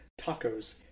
tacos